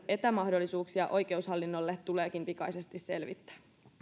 etämahdollisuuksia oikeushallinnolle tuleekin pikaisesti selvittää